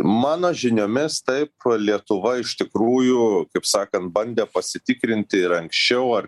mano žiniomis taip lietuva iš tikrųjų kaip sakant bandė pasitikrinti ir anksčiau ar